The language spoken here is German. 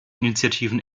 initiativen